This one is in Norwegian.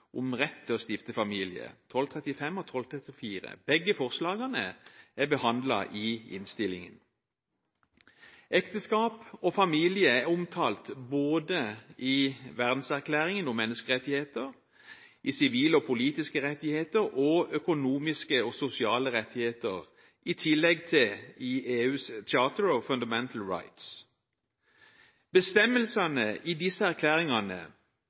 om rett til å stifte familie. Begge forslagene er behandlet i innstillingen. Ekteskap og familie er omtalt både i Verdenserklæringen om menneskerettigheter, i sivile og politiske rettigheter og i økonomiske og sosiale rettigheter, i tillegg til i EUs Charter of Fundamental Rights. Bestemmelsene i disse erklæringene